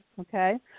okay